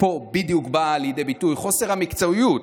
ופה בדיוק באה לידי ביטוי חוסר המקצועיות,